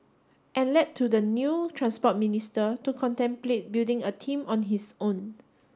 and led to the new Transport Minister to contemplate building a team on his own